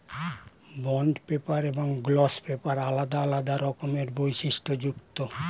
bond paper এবং gloss paper আলাদা আলাদা রকমের বৈশিষ্ট্যযুক্ত